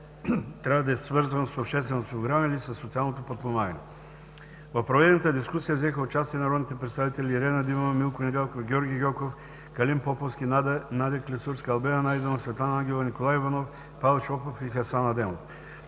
трябва да е свързано с общественото осигуряване или със социалното подпомагане. В проведената дискусия взеха участие народните представители Ирена Димова, Милко Недялков, Георги Гьоков, Калин Поповски, Надя Клисурска, Албена Найденова, Светлана Ангелова, Николай Иванов, Павел Шопов и Хасан Адемов.